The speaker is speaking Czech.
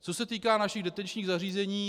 Co se týká našich detenčních zařízení.